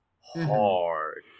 hard